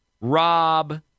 rob